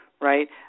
right